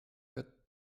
wird